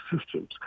systems